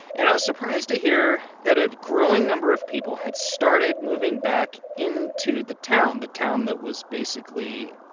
and i was surprised to hear that a growing number of people had started moving back into the town, the town that was basically.